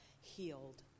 healed